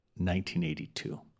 1982